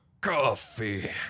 coffee